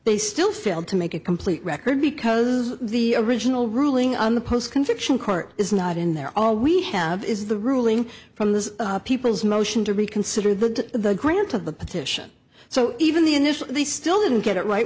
they still failed to make a complete record because the original ruling on the post conviction court is not in there all we have is the ruling from the people's motion to reconsider the grant of the petition so even the initial they still didn't get it right